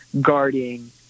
guarding